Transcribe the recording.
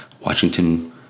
Washington